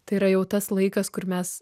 tai yra jau tas laikas kur mes